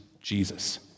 Jesus